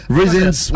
reasons